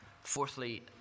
Fourthly